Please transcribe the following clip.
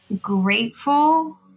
grateful